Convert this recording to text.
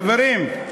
חברים,